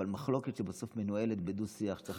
אבל מחלוקת שבסוף מנוהלת בדו-שיח, צריך לשמוע.